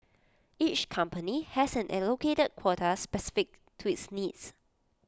each company has an allocated quota specific to its needs